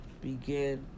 begin